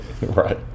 Right